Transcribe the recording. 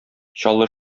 чаллы